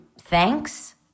Thanks